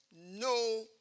no